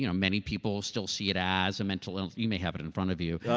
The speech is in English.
you know many people still see it as a mental illness. you may have it in front of you.